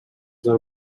del